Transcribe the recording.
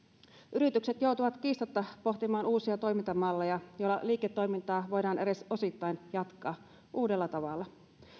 yritykset joutuvat kiistatta pohtimaan uusia toimintamalleja joilla liiketoimintaa voidaan edes osittain jatkaa uudella tavalla